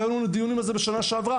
והיו לנו על זה דיונים בשנה שעברה,